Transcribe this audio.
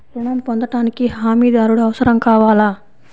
ఋణం పొందటానికి హమీదారుడు అవసరం కావాలా?